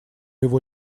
его